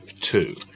Two